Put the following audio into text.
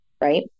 right